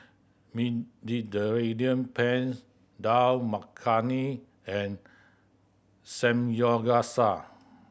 Mediterranean Penne Dal Makhani and Samyogasa